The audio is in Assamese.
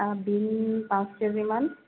আৰু বীন পাঁচ কেজিমান